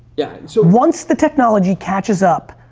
yeah so once the technology catches up,